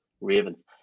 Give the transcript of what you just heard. Ravens